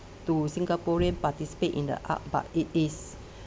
to singaporean participate in the art but it is